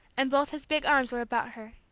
and both his big arms were about her.